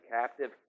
captive